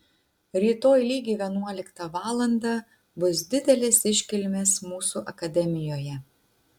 rytoj lygiai vienuoliktą valandą bus didelės iškilmės mūsų akademijoje